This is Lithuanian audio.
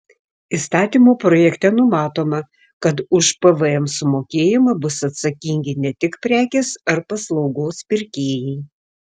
įstatymo projekte numatoma kad už pvm sumokėjimą bus atsakingi ne tik prekės ar paslaugos pirkėjai